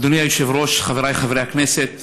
אדוני היושב-ראש, חבריי חברי הכנסת,